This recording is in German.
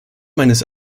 meines